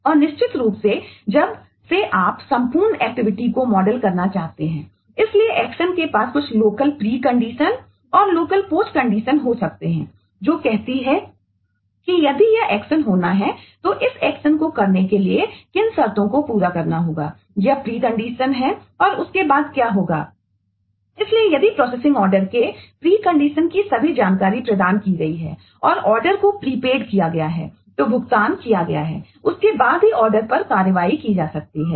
और निश्चित रूप से जब से आप संपूर्ण एक्टिविटी पर कार्रवाई की जा सकती है